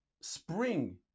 spring